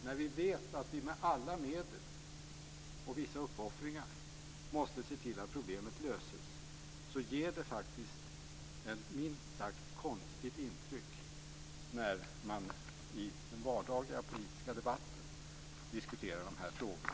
När vi vet att vi med alla medel och vissa uppoffringar måste se till att problemet löses ger det faktiskt ett minst sagt konstigt intryck när man i den vardagliga politiska debatten diskuterar de här frågorna.